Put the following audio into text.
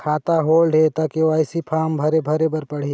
खाता होल्ड हे ता के.वाई.सी फार्म भरे भरे बर पड़ही?